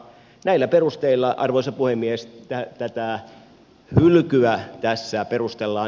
näillä perusteilla arvoisa puhemies tätä hylkyä tässä perustellaan